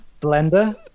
Blender